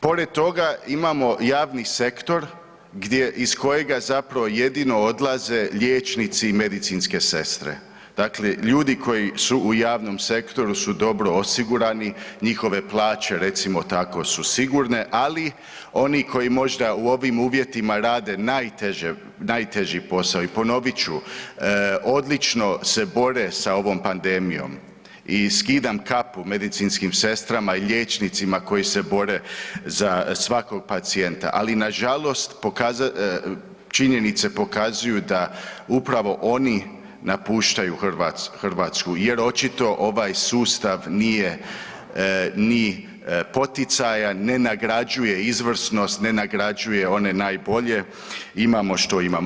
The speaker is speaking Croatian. Pored toga imamo javni sektor gdje, iz kojega zapravo jedino odlaze liječnici i medicinske sestre, dakle ljudi koji su u javnom sektoru su dobro osigurani, njihove plaće, recimo tako, su sigurne, ali oni koji možda u ovim uvjetima rade najteže, najteži posao i ponovit ću, odlično se bore sa ovom pandemijom i skidam kapu medicinskim sestrama i liječnicima koji se bore za svakog pacijenta, ali nažalost činjenice pokazuju da upravo oni napuštaju Hrvatsku jer očito ovaj sustav nije ni poticajan, ne nagrađuje izvrsnost, ne nagrađuje one najbolje, imamo što imamo.